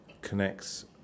connects